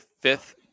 fifth